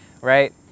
Right